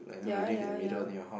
ya ya ya